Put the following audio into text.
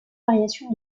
variations